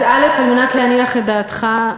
על מנת להניח את דעתך,